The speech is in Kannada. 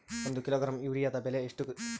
ಒಂದು ಕಿಲೋಗ್ರಾಂ ಯೂರಿಯಾದ ಬೆಲೆ ಎಷ್ಟು?